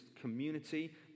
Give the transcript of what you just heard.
community